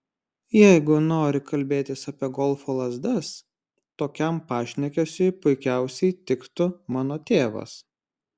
jeigu nori kalbėtis apie golfo lazdas tokiam pašnekesiui puikiausiai tiktų mano tėvas